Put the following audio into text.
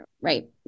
Right